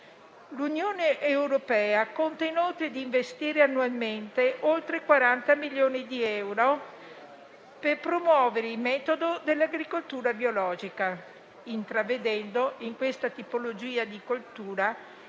L'Unione europea conta inoltre di investire annualmente oltre 40 milioni di euro per promuovere il metodo dell'agricoltura biologica, intravedendo in questa tipologia di coltura